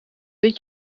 dit